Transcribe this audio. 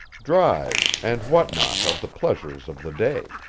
drives and what-not of the pleasures of the day.